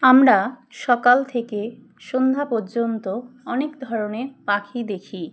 আমরা সকাল থেকে সন্ধ্যা পর্যন্ত অনেক ধরনের পাখি দেখি